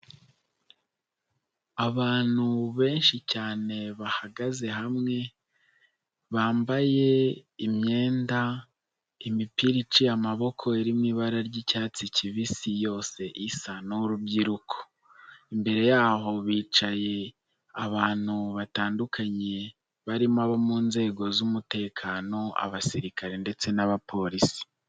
Abantu benshi cyane bahagaze hamwe bambaye imyenda imipira iciye amaboko iririmo ibara ry'icyatsi kibisi yose isa. Ni urubyiruko, imbere y'aho bicaye abantu batandukanye barimo abo mu nzego z'umutekano abasirikare ndetse n'abapolisi.